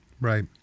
right